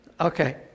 Okay